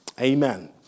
Amen